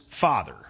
father